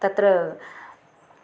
तत्र